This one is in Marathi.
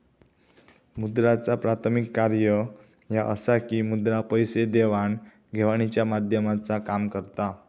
मुद्राचा प्राथमिक कार्य ह्या असा की मुद्रा पैसे देवाण घेवाणीच्या माध्यमाचा काम करता